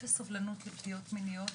אפס סובלנות לפגיעות מיניות,